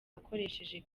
akoresheje